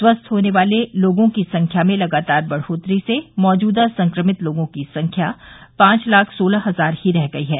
स्वस्थ होने वाले लोगों की संख्या में लगातार बढ़ोतरी से मौजूदा संक्रमित लोगों की संख्या पांच लाख सोलह हजार ही रह गई है